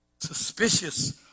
suspicious